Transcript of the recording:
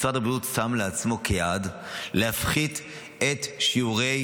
משרד הבריאות שם לעצמו כיעד להפחית את שיעורי